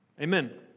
Amen